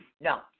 No